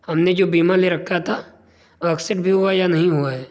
ہم نے جو بیمہ لے رکھا تھا وہ ایکسیپٹ بھی ہوا یا نہیں ہوا ہے